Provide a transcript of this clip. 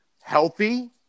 healthy